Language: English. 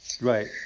Right